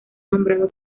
nombrado